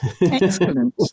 Excellent